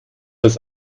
das